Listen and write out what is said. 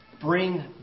bring